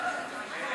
24, נגד